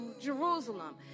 Jerusalem